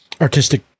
artistic